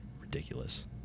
Ridiculous